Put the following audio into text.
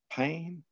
pain